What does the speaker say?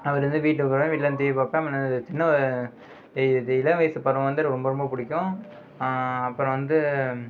அப்புறம் வந்து வீட்டுக்கு போவேன் வீட்டில் வந்து டிவீ பார்ப்பேன் சின்ன இது இளம் வயசு பருவம் வந்து ரொம்ப ரொம்ப பிடிக்கும் அப்புறம் வந்து